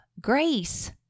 grace